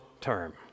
term